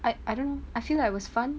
I I don't know I feel like it was fun